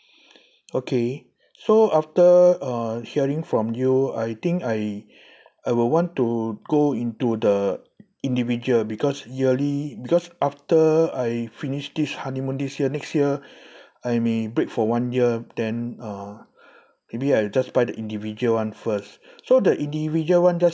okay so after uh hearing from you I think I I will want to go into the individual because yearly because after I finish this honeymoon this year next year I may break for one year then uh maybe I'll just buy the individual [one] first so the individual [one] just